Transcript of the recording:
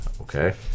Okay